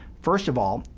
first of all,